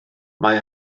mae